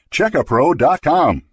Checkapro.com